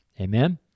Amen